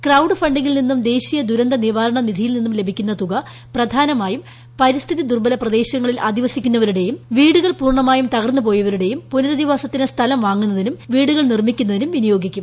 crowd ഫണ്ടിങ്ങിൽ നിന്നും ദ്ദേശീയദുരന്തനിവാരണ നിധിയിൽ നിന്നും ലഭിക്കുന്ന തുക പ്രധാന്മായും പരിസ്ഥിതി ദുർബല പ്രദേശങ്ങളിൽ അധിവസിക്കുന്നവരുടെയും വീടുകൾ പൂർണ്ണമായും തകർന്നുപോയവരുടെയും പുനരധിവാസത്തിന് സ്ഥലം വാങ്ങുന്നതിനും വീടുകൾ നിർമ്മിക്കുന്നതിനും വിനിയോഗിക്കും